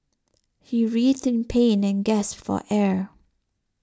he writhed in pain and guess for air